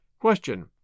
Question